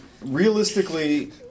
realistically